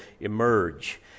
emerge